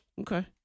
Okay